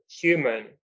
human